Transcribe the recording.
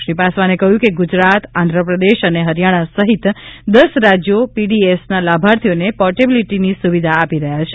શ્રી પાસવાને કહ્યું કે ગુજરાત આંધ્રપ્રદેશ અને હરિયાણા સહિત દસ રાજયો પીડીએસના લાભાર્થીઓને પોર્ટેબીલીટીની સુવિધા આપી રહ્યા છે